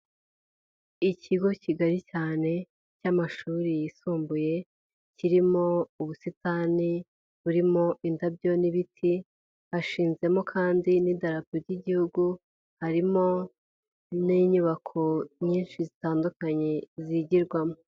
Ikigo kigari cyane cy'amashuri yisumbuye, kirimo ubusitani burimo indabyo n'ibiti, hashinmo kandi n'idarapo ry'Igihugu, harimo n'inyubako nyinshi zitandukanye zigirwamo.